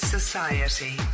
Society